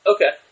Okay